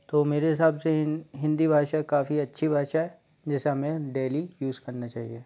तो मेरे हिसाब से हिन्दी भाषा काफ़ी अच्छी भाषा है जिसे हमें डेली यूज़ करना चाहिए